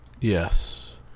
Yes